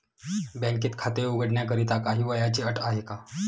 बँकेत खाते उघडण्याकरिता काही वयाची अट आहे का?